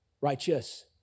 Righteous